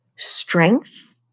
strength